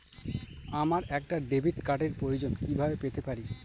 আমার একটা ডেবিট কার্ডের প্রয়োজন কিভাবে পেতে পারি?